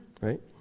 right